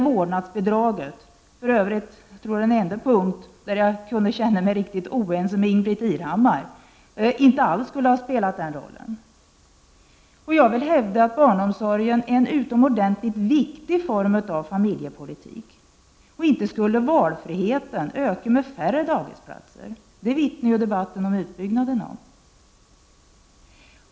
Vårdnadsbidraget skulle — jag tror för övrigt att det är den enda punkt där jag känner mig riktigt oense med Ingbritt Irhammar — inte alls ha spelat en motsvarande roll för deras del. Jag vill hävda att barnomsorgen är en utomordentligt viktig form av familjepolitik. Inte skulle valfriheten öka med färre dagisplatser. Det vittnar väl debatten om takten i utbyggnaden om.